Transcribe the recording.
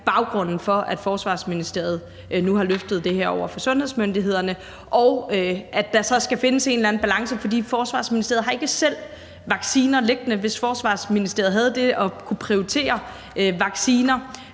baggrunden for, at Forsvarsministeriet nu har løftet det over for sundhedsmyndighederne, og der skal findes en eller anden balance, for Forsvarsministeriet har ikke selv vacciner liggende. Hvis Forsvarsministeriet havde det og kunne prioritere vaccinationer,